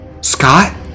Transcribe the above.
Scott